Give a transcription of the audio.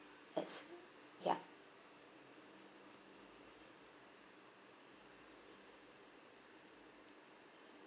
yes ya